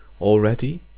already